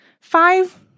Five